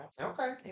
Okay